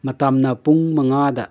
ꯃꯇꯝꯅ ꯄꯨꯡ ꯃꯉꯥꯗ